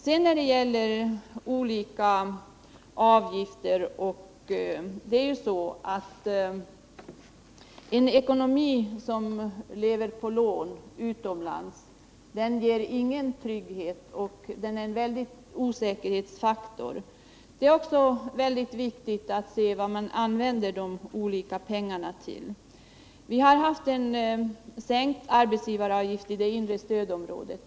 När det sedan gäller olika avgifter vill jag framhålla att en ekonomi som lever på lån utomlands inte ger någon trygghet och är en väldig osäkerhetsfaktor. Det är också viktigt att ge akt på vilka olika ändamål man använder pengarna till. Vi har haft sänkt arbetsgivaravgift i det inre stödområdet.